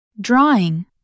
Drawing